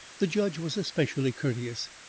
the judge was especially courteous.